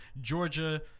Georgia